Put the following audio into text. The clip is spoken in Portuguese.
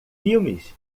filmes